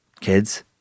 Kids